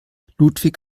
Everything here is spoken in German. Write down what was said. ludwig